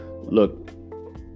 Look